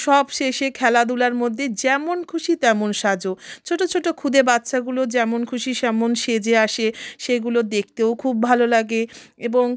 সব শেষে খেলাধূলার মধ্যে যেমন খুশি তেমন সাজো ছোট ছোট খুদে বাচ্চাগুলো যেমন খুশি সেমন সেজে আসে সেগুলো দেখতেও খুব ভালো লাগে এবং